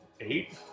Eight